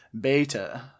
beta